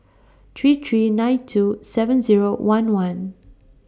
three three nine two seven Zero one one